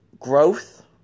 growth